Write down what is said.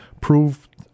proved